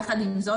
יחד עם זאת,